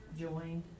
Joined